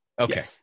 Okay